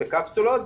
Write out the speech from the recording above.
בקפסולות,